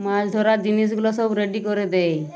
মাছ ধরার জিনিসগুলো সব রেডি করে দেয়